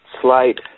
slight